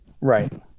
Right